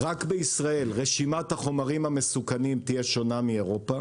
רק בישראל רשימת החומרים המסוכנים תהיה שונה מאירופה.